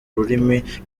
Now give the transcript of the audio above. rurimi